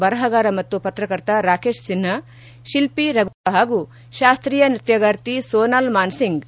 ಬರಹಗಾರ ಮತ್ತು ಪತ್ರಕರ್ತ ರಾಕೇಶ್ ಸಿನ್ವಾ ಶಿಲ್ಪಿ ರಘುನಾಥ್ ಮೊಹಪಾತ್ರ ಹಾಗೂ ಶಾಸ್ತೀಯ ನೃತ್ವಗಾರ್ತಿ ಸೋನಾಲ್ ಮಾನ್ಸಿಂಗ್